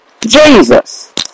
Jesus